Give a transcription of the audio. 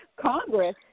Congress